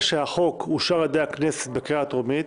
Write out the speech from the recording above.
שהחוק אושר על ידי הכנסת בקריאה הטרומית,